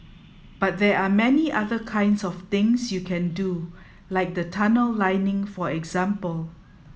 but there are many other kinds of things you can do like the tunnel lining for example